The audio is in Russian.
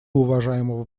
уважаемого